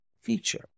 feature